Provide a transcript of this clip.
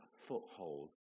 foothold